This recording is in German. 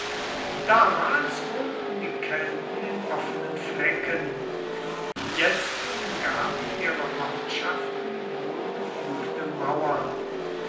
damals wohnten die kelten in offenen flecken jetzt umgaben ihre ortschaften wohlgefügte mauern